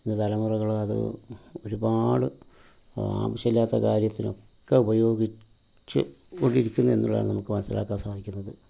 ഇന്ന് തലമുറകളത് ഒരുപാട് ആവശ്യമില്ലാത്ത കാര്യത്തിനൊക്കെ ഉപയോഗിച്ച് കൊണ്ടിരിക്കുന്ന എന്നുള്ളതാണ് നമുക്ക് നമസ്സിലാക്കാൻ സാധിക്കുന്നത്